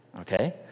Okay